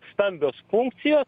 stambios funkcijos